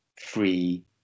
free